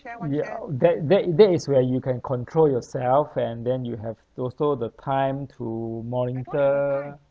yeah that that that is where you can control yourself and then you have also the time to monitor